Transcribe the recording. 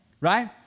right